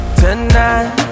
tonight